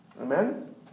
Amen